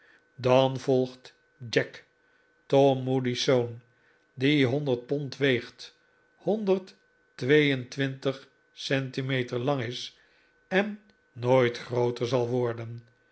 dan volgt jack tom moody's zoon die honderd pond weegt honderd twee en twintig c m lang is en ook nooit grooter zal worden